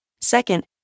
Second